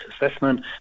assessment